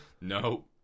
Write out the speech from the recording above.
No